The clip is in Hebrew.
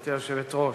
גברתי היושבת-ראש.